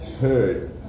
heard